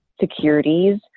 securities